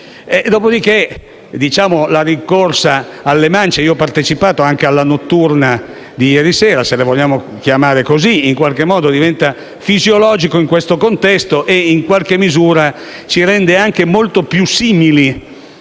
Dopodiché, la rincorsa alle mance - io ho partecipato anche alla seduta notturna, se così la vogliamo chiamare, di ieri - in qualche modo diventa fisiologica in questo contesto e in qualche misura ci rende anche molto più simili